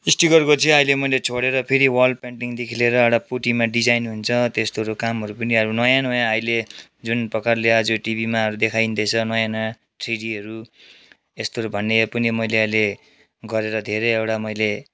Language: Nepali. स्टिकरको चाहिँ अहिले मैले छोडेर फेरि वाल पेन्टिङदेखि लिएर एउटा पुट्टीमा डिजाइन हुन्छ त्यस्तोहरू कामहरू पनि अब नयाँ नयाँ अहिले जुन प्रकारले आज टिभीमाहरू देखाइन्दैछ नयाँ नयाँ थ्री डीहरू यस्तोहरू भन्ने पनि मैले अहिले गरेर धेरैवटा मैले